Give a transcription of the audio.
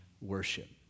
worship